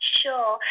sure